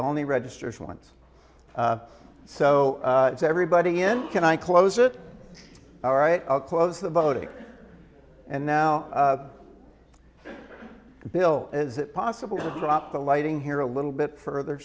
only registers once so it's everybody can i close it all right i'll close the voting and now bill is it possible to drop the lighting here a little bit further